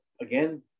again